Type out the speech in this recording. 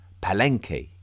Palenque